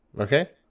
Okay